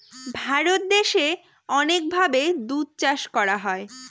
ভারত দেশে অনেক ভাবে দুধ চাষ করা হয়